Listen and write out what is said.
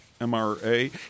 MRA